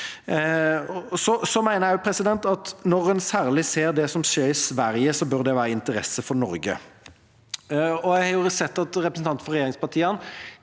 Jeg mener også at særlig det som skjer i Sverige, bør være av interesse for Norge. Jeg har sett at representanter for regjeringspartiene